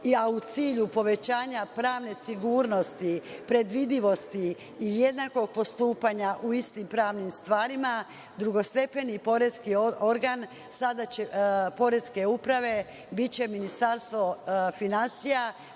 a u cilju povećanja pravne sigurnosti, predvidivosti i jednakog postupanja u istim pravnim stvarima, drugostepeni poreski organ Poreske uprave biće Ministarstvo finansija,